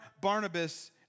Barnabas